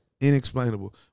inexplainable